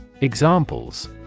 Examples